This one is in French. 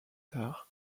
tard